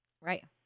Right